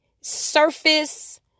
surface